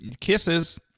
Kisses